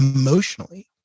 emotionally